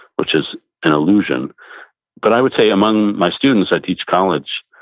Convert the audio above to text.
which is an illusion but i would say among my students, i teach college,